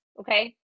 okay